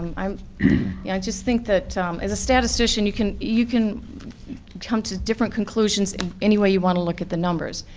um you know, i just think that as a statistician you can you can come to different conclusions any way you want to look at the numbers,